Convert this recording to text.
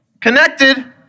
connected